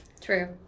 True